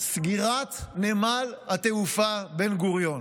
סגירת נמל התעופה בן-גוריון.